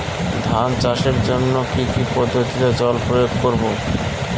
ধান চাষের জন্যে কি কী পদ্ধতিতে জল প্রয়োগ করব?